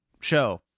show